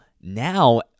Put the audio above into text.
now